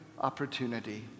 opportunity